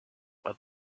but